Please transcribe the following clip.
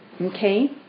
Okay